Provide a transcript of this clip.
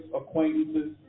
acquaintances